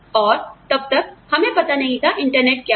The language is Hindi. और तब तक मेरा मतलब है हमें पता नहीं था इंटरनेट क्या था